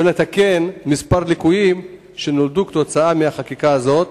ולתקן כמה ליקויים שנולדו עקב החקיקה הזאת.